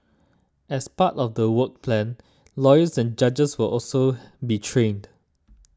as part of the work plan lawyers and judges will also be trained